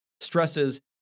stresses